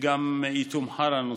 גם יתומחר הנושא.